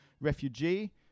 refugee